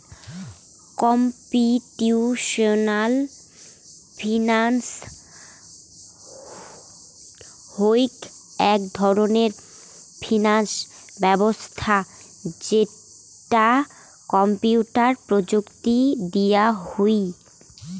computational finance হউক এক ধরণের ফিনান্স ব্যবছস্থা যেটা কম্পিউটার প্রযুক্তি দিয়া হুই